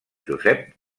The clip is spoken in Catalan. josep